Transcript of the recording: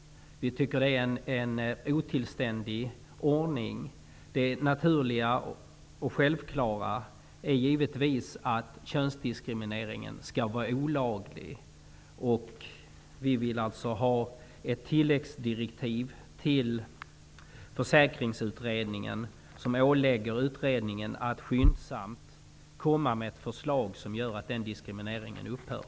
Vi tycker att det är en otillständig ordning. Det naturliga och självklara är givetvis att könsdiskriminering skall vara olaglig. Vi vill ha ett tilläggsdirektiv till Försäkringsutredningen som ålägger utredningen att skyndsamt lägga fram ett förslag som gör att diskrimineringen upphör.